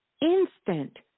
instant